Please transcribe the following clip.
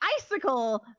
icicle